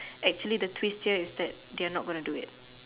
actually the twist here is that they are not gonna do it